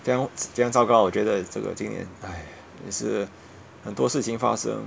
这样这样糟糕我觉得这个今年 !aiya! 也是很多事情发生